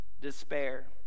despair